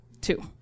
Two